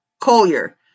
Collier